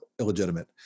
illegitimate